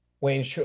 Wayne